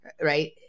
Right